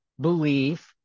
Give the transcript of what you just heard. believe